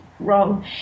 wrong